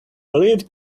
leave